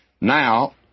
Now